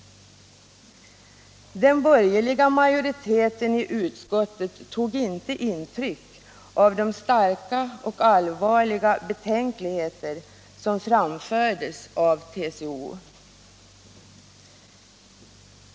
Den borgerliga majoriteten i utskottet tog inte intryck av de starka och allvarliga betänkligheter som framfördes av TCO.